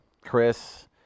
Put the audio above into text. Chris